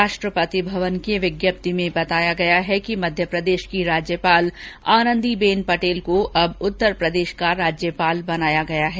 राष्ट्रपति भवन की विज्ञप्ति में बताया गया है कि मध्यप्रदेश की राज्यपाल आनंदी बेन पटेल को अब उत्तर प्रदेश का राज्यपाल बनाया गया है